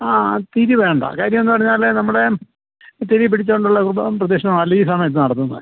ആ തിരി വേണ്ട കാര്യമെന്ന് പറഞ്ഞാൽ നമ്മുടെ തിരി പിടിച്ചുകൊണ്ടുള്ള കുറുബാന പ്രദക്ഷിണമല്ല ഈ സമയത്ത് നടത്തുന്നത്